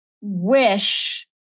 wish